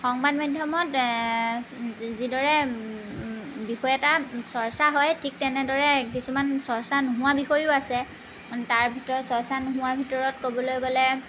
সংবাদ মাধ্যমত যিদৰে বিষয় এটা চৰ্চা হয় ঠিক তেনেদৰে কিছুমান চৰ্চা নোহোৱা বিষয়ো আছে তাৰ ভিতৰত চৰ্চা নোহোৱা ভিতৰত ক'বলৈ গ'লে